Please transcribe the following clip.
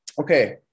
Okay